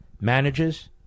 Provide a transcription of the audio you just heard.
manages